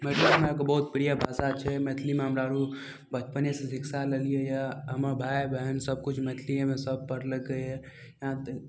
मिथिला मे एगो बहुत प्रिय भाषा छै मैथिलीमे हमरा आरू बचपनेसँ शिक्षा लेलियै हमर भाय बहिन सभकिछु मैथलियेमे सभ पढ़लकय यऽ यहाँ तक